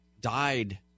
died